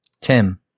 Tim